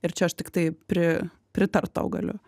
ir čia aš tiktai pri pritart tau galiu